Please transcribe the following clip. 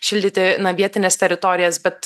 šildyti na vietines teritorijas bet